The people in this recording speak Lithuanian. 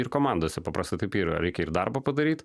ir komandose paprastai taip yra reikia ir darbą padaryt